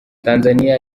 tanzania